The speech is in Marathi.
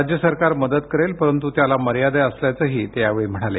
राज्य सरकार मदत करेल परंतु त्याला मर्यादा असल्याचंही ते यावेळी म्हणाले